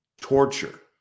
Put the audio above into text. torture